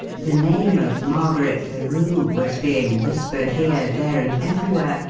the name of margaret larue was being whispered here, there and everywhere,